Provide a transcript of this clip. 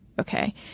okay